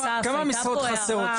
אסף, עלתה פה הערה.